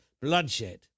bloodshed